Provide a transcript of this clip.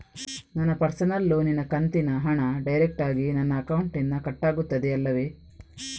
ನನ್ನ ಪರ್ಸನಲ್ ಲೋನಿನ ಕಂತಿನ ಹಣ ಡೈರೆಕ್ಟಾಗಿ ನನ್ನ ಅಕೌಂಟಿನಿಂದ ಕಟ್ಟಾಗುತ್ತದೆ ಅಲ್ಲವೆ?